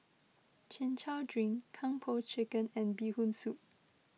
Chin Chow Drink Kung Po Chicken and Bee Hoon Soup